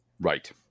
Right